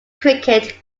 cricket